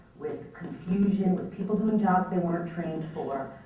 with confusion, with people doing jobs they weren't trained for,